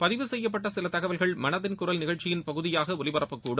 பதிவு செய்யப்பட்ட சில தகவல்கள் மனதின் குரல் நிகழ்ச்சியின் பகுதியாக ஒலிபரப்பக்கூடும்